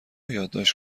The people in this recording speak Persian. یادداشت